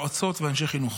יועצות ואנשי חינוך.